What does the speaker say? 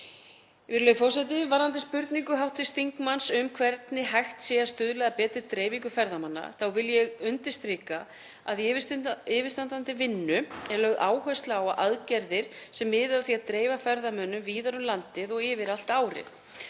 Virðulegur forseti. Varðandi spurningu hv. þingmanns um hvernig hægt sé að stuðla að betri dreifingu ferðamanna vil ég undirstrika að í yfirstandandi vinnu er lögð áhersla á aðgerðir sem miðuðu að því að dreifa ferðamönnum víðar um landið og yfir allt árið.